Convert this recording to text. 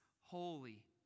holy